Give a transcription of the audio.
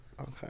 okay